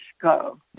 go